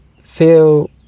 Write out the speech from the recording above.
feel